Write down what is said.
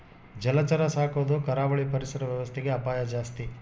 ಜಲಚರ ಸಾಕೊದು ಕರಾವಳಿ ಪರಿಸರ ವ್ಯವಸ್ಥೆಗೆ ಅಪಾಯ ಜಾಸ್ತಿ